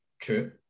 True